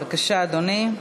בבקשה, אדוני.